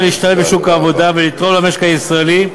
להשתלב בשוק העבודה ולתרום למשק הישראלי,